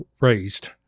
raised